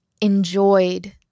enjoyed